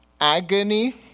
Agony